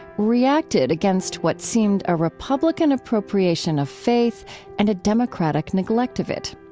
reacted against what seemed a republican appropriation of faith and a democratic neglect of it.